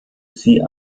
sie